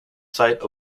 site